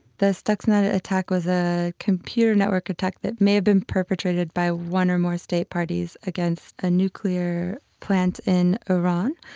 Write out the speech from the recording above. the stuxnet attack was a computer network attack that may have been perpetrated by one or more state parties against a nuclear plant in iran.